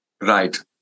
Right